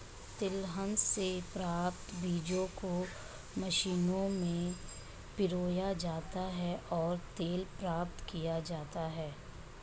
तिलहन से प्राप्त बीजों को मशीनों में पिरोया जाता है और तेल प्राप्त किया जाता है